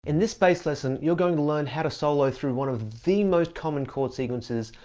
in this bass lesson, you're going to learn how to solo through one of the most common chord sequences,